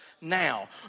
now